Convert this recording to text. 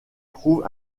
trouve